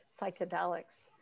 psychedelics